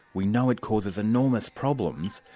we know it causes enormous problems,